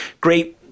great